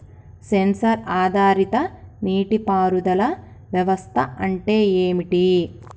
Censor ఆధారిత నీటి పారుదల వ్యవస్థ అంటే ఏమిటి?